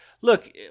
look